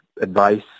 advice